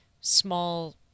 small